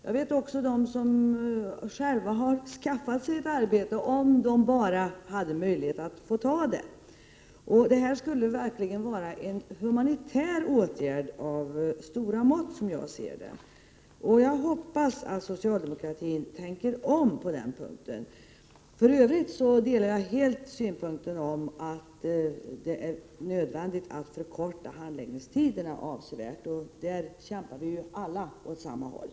Jag vet att många själva har skaffat sig arbete men inte har möjlighet att ta emot det. Det skulle verkligen vara en humanitär åtgärd av stora mått, som jag ser det, om de kunde få arbetstillstånd. Jag hoppas att socialdemokratin tänker om på denna punkt. För övrigt delar jag helt den synpunkten att det är nödvändigt att förkorta handläggningstiderna avsevärt. Där kämpar vi alla åt samma håll.